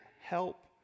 help